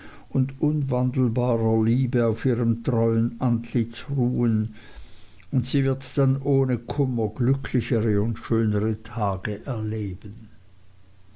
und unwandelbarer liebe auf ihrem treuen antlitz ruhen und sie wird dann ohne kummer glücklichere und schönere tage erleben